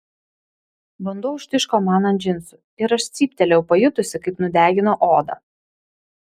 vanduo užtiško man ant džinsų ir aš cyptelėjau pajutusi kaip nudegino odą